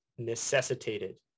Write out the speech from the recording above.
necessitated